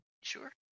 Sure